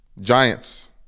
Giants